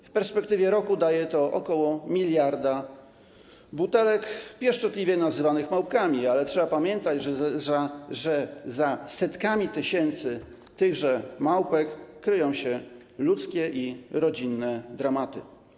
W perspektywie roku daje to ok. 1 mld butelek pieszczotliwie nazywanych małpkami, ale trzeba pamiętać, że za setkami tysięcy tychże małpek kryją się ludzkie i rodzinne dramaty.